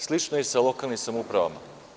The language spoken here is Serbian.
Slično je i sa lokalnim samoupravama.